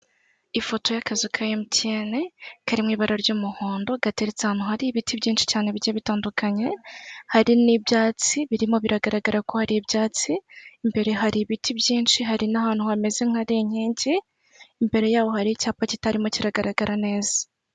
Ifoto y'akazu ka emutiyene kari mu ibara ry'umuhondo gateretse ahantu hari ibiti byinshi cyane bigiye bitandukanye hari n'ibyatsi birimo biragaragara ko hari ibyatsi, imbere hari ibiti byinshi hari n'ahantu hameze nk'ahari inkingi, imbere yaho hari icyapa kitarimo kiragaragara neza.